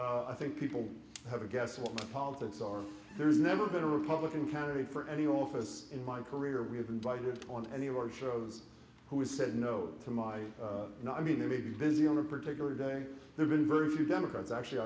been i think people have to guess what my politics are there's never been a republican candidate for any office in my career we have invited on any of our shows who has said no to my no i mean there may be busy on a particular day there's been very few democrats actually